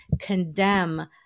condemn